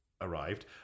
arrived